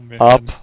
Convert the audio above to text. Up